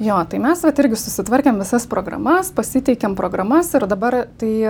jo tai mes vat irgi susitvarkėm visas programas pasiteikėm programas ir dabar tai